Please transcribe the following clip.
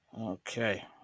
Okay